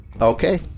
okay